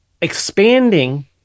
expanding